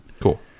Cool